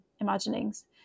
imaginings